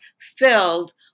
filled